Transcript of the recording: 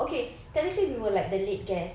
okay technically we were like the late guests